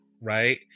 right